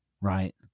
right